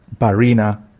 Barina